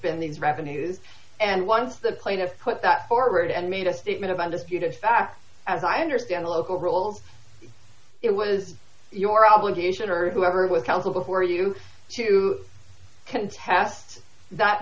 been these revenues and once the plaintiffs put that forward and made a statement of undisputed fact as i understand local rules it was your obligation to whoever was counsel before you to contest that